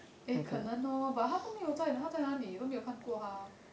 eh 可能 lor but 他都没有他在哪里都没有看过他